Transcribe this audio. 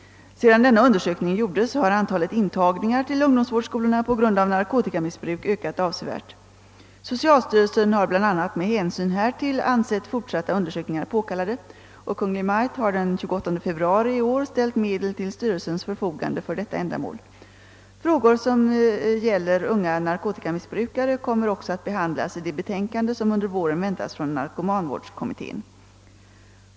Sedan denna undersökning gjordes har antalet intagningar till ungdomsvårdsskolorna på grund av narkotikamissbruk ökat avsevärt. Socialstyrelsen har bl.a. med hänsyn härtill ansett fortsatta undersök ningar påkallade, och Kungl. Maj:t har den 28 februari i år ställt medel till styrelsens förfogande för detta ändamål. Frågor som gäller unga narkotikamissbrukare kommer också att behandlas i det betänkande som under våren väntas från narkomanvårdskommittén.